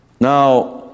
Now